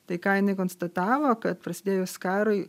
tai ką jinai konstatavo kad prasidėjus karui